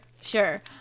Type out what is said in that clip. sure